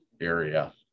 area